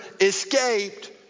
escaped